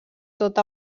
tota